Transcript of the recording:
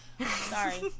Sorry